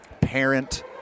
parent-